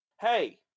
Hey